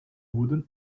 wooded